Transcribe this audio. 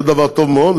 זה דבר טוב מאוד.